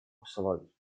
условий